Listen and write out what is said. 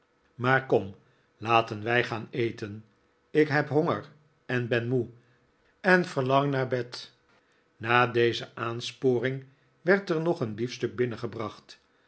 maar kom laten wij gaan eten ik heb honger en ben moe en verlang naar bed na deze aansporing werd er nog een biefstuk binnengebracht